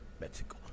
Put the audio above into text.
Mexico